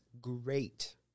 great